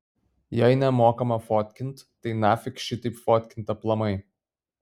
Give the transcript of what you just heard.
jei nemokama fotkint tai nafik šitaip fotkint aplamai